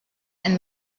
and